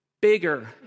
bigger